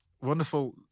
wonderful